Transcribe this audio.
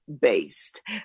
based